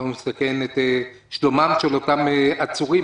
את שלומם של אותם עצורים?